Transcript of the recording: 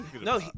No